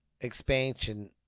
expansion